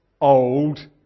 old